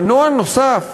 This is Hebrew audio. מנוע נוסף,